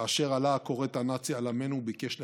כאשר עלה הכורת הנאצי על עמנו וביקש לכלותנו.